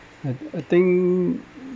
I I think